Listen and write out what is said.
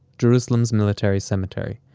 jerusalem's military cemetery.